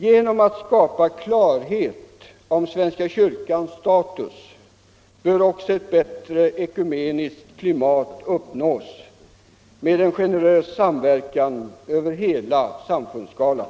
Genom att klarhet skapas om svenska kyrkans status bör också ett bättre ekumeniskt klimat uppnås med en generös samverkan över hela samfundsskalan.